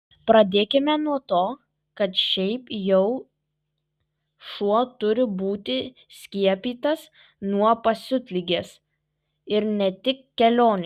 pradėkime nuo to kad šiaip jau šuo turi būti skiepytas nuo pasiutligės ir ne tik kelionei